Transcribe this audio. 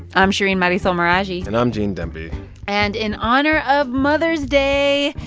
i'm shereen marisol meraji and i'm gene demby and in honor of mother's day,